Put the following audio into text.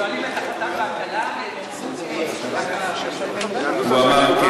כשעושים אירוסין אז שואלים את החתן והכלה והם אומרים הן.